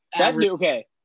Okay